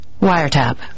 wiretap